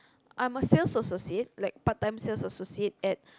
I'm a sales associate like part time sales associate at